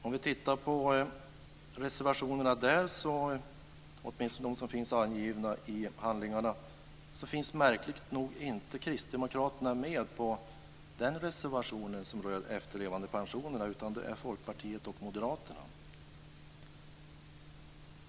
Om vi tittar på reservationerna där ser vi att Kristdemokraterna märkligt nog inte finns med på den reservation som rör efterlevandepensionerna, utan det är Folkpartiet och Moderaterna.